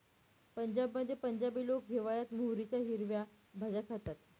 पंजाबमध्ये पंजाबी लोक हिवाळयात मोहरीच्या हिरव्या भाज्या खातात